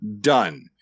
Done